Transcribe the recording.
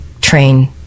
train